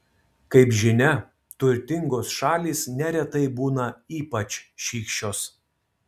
kaip žinia turtingos šalys neretai būna ypač šykščios